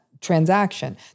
transaction